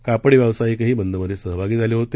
कापड व्यावसायिकही बंदमधे सहभागी झाले होते